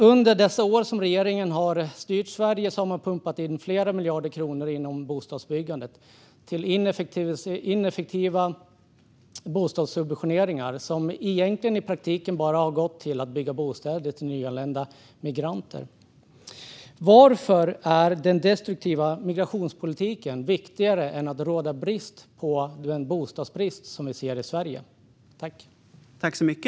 Under de år som regeringen styrt Sverige har man pumpat in flera miljarder kronor i bostadsbyggandet till ineffektiva bostadssubventioneringar som egentligen i praktiken bara har gått till att bygga bostäder till nyanlända migranter. Varför är den destruktiva migrationspolitiken viktigare än att råda bot på den bostadsbrist som vi ser i Sverige?